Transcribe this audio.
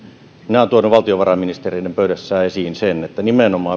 olen tuonut valtiovarainministereiden pöydässä esiin sen että nimenomaan